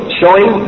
showing